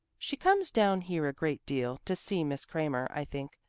she comes down here a great deal to see miss cramer, i think.